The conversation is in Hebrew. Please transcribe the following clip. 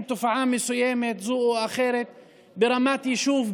תופעה מסוימת זו או אחרת ברמת יישוב,